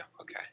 Okay